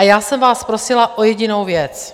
Já jsem vás prosila o jedinou věc.